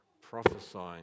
prophesying